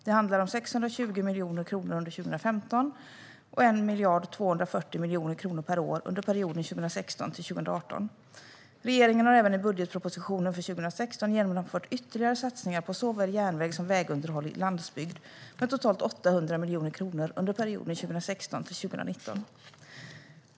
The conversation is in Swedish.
Det handlar om 620 miljoner kronor under 2015 och 1 240 miljoner kronor per år under perioden 2016-2018. Regeringen har även i budgetpropositionen för 2016 genomfört ytterligare satsningar på såväl järnvägs som vägunderhåll i landsbygd med totalt 800 miljoner kronor under perioden 2016-2019.